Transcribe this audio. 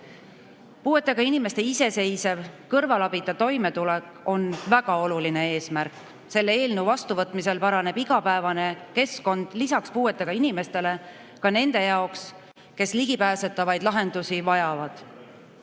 Puuetega inimeste iseseisev, kõrvalabita toimetulek on väga oluline eesmärk. Selle eelnõu vastuvõtmisel paraneb igapäevane keskkond lisaks puuetega inimestele ka nende jaoks, kes ligipääsetavaid lahendusi vajavad.